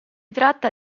tratta